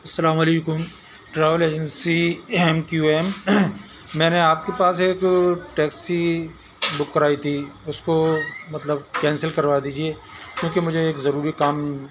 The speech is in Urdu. السّلام علیکم travel agency M Q M میں نے آپ کے پاس ایک ٹیکسی بک کرائی تھی اس کو مطلب کینسل کروا دیجیے کیونکہ مجھے ایک ضروری کام